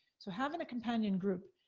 so having a companion group,